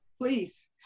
Please